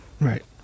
right